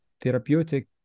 therapeutic